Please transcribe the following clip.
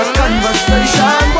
conversation